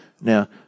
Now